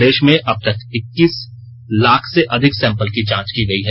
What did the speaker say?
प्रदेश में अबतक इक्कसीस लाख से अधिक सैंपल की जांच की गई है